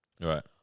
Right